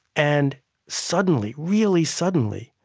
and suddenly, really suddenly,